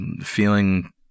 feeling